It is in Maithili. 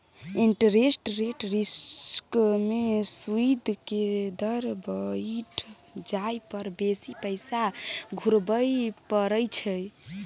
इंटरेस्ट रेट रिस्क में सूइद के दर बइढ़ जाइ पर बेशी पैसा घुरबइ पड़इ छइ